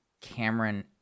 cameron